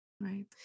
Right